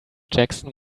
jackson